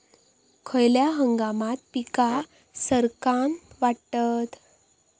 खयल्या हंगामात पीका सरक्कान वाढतत?